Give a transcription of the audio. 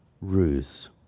ruse